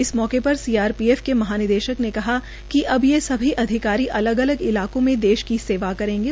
इस मौके पर सीआरपीएफ के महानिदेशक ने कहा कि अब ये सभी अधिकारी अलग अलग इलाकों में देश की सेवा करेंगे